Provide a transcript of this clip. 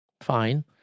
Fine